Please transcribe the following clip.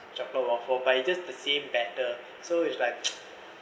chocolate waffle but it's just the same batter so it's like